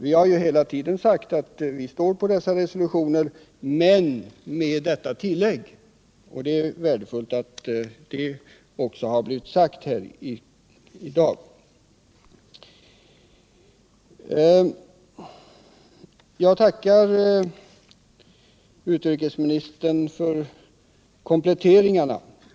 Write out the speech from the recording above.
Vi har ju hela tiden sagt att vi ansluter oss till dessa resolutioner —- men det här tillägget, och det är värdefullt att det också har blivit sagt här i dag. Jagtackarutrikesministern för kompletteringarna.